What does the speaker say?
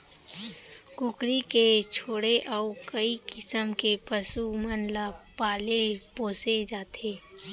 कुकरी के छोड़े अउ कई किसम के पसु मन ल पाले पोसे जाथे